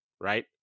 right